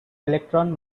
electron